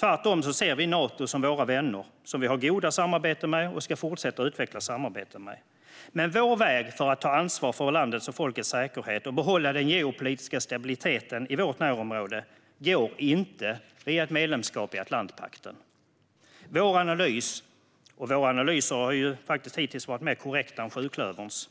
Tvärtom ser vi Nato som vår vän, som vi har goda samarbeten med och som vi ska fortsätta att utveckla samarbeten med. Men vår väg för att ta ansvar för landets och folkets säkerhet och behålla den geopolitiska stabiliteten i vårt närområde går inte via ett medlemskap i Atlantpakten. Vår analys - och våra analyser har faktiskt hittills varit mer korrekta än sjuklöverns